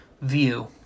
view